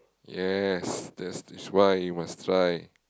yes that's the sh~ why you must try